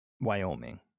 Wyoming